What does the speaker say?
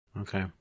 Okay